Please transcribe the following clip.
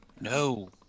No